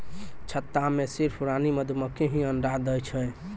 छत्ता मॅ सिर्फ रानी मधुमक्खी हीं अंडा दै छै